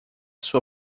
sua